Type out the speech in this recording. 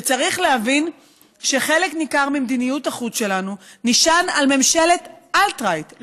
וצריך להבין שחלק ניכר ממדיניות החוץ שלנו נשען על ממשלות אלט-רייט,